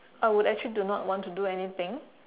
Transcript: I would actually do not want to do anything